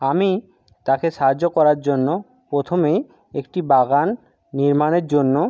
আমি তাকে সাহায্য করার জন্য প্রথমে একটি বাগান নির্মাণের জন্য